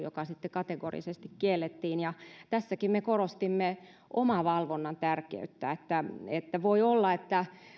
joka sitten kategorisesti kiellettiin tässäkin me korostimme omavalvonnan tärkeyttä että että voi olla että